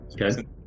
Okay